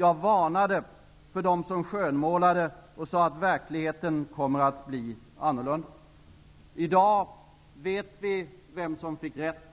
Jag varnade för dem som skönmålade och sade att verkligheten kommer att bli annorlunda. I dag vet vi vem som fick rätt.